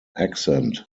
accent